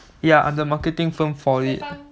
ya I'm the marketing firm for it